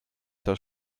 das